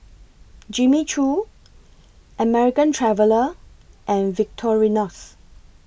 Jimmy Choo American Traveller and Victorinox